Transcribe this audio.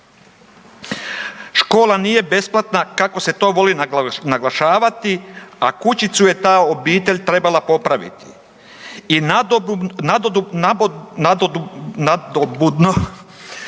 Škola nije besplatna kako se to voli naglašavati, a kućicu je ta obitelj trebala popraviti. I nadobudno